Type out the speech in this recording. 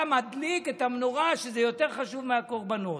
אתה מדליק את המנורה, שזה יותר חשוב מהקורבנות.